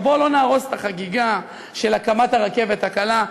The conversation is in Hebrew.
אבל בואו לא נהרוס את החגיגה של הקמת הרכבת הקלה,